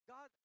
God